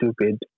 stupid